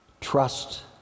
Trust